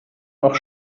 noch